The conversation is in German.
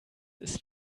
ist